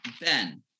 Ben